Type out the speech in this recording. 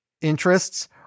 interests